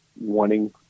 wanting